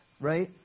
right